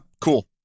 Cool